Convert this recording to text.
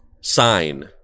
sign